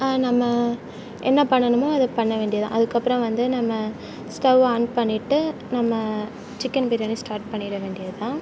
நம்ம என்ன பண்ணணுமோ அதை பண்ண வேண்டிய தான் அதுக்கப்புறோம் வந்து நம்ம ஸ்டௌவவை ஆன் பண்ணிட்டு நம்ம சிக்கன் பிரியாணி ஸ்டார்ட் பண்ணிட வேண்டியது தான்